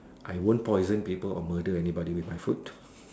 I won't poison people or murder anybody with my food